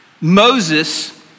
Moses